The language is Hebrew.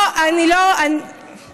היא אמרה: אני לא רוצה לשמוע את השטויות שלך.